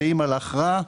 אם הלך רע,